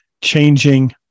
changing